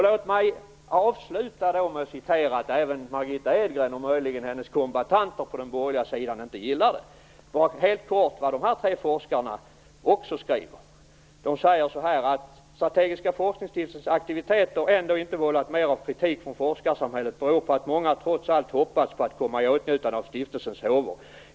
Låt mig avsluta med att helt kort citera, även om Margitta Edgren och möjligen hennes kombattanter på den borgerliga sidan inte gillar det, vad de här tre forskarna också skriver. De säger så här: "Att SSF:s aktiviteter ändå inte vållat mer av kritik från forskarsamhället beror på att många trots allt hoppats på att komma i åtnjutande av stiftelsens håvor.